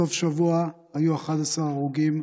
בסוף השבוע היו 11 הרוגים,